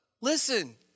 listen